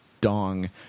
dong